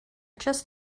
just